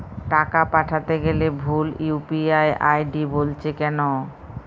টাকা পাঠাতে গেলে ভুল ইউ.পি.আই আই.ডি বলছে কেনো?